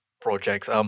projects